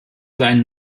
seien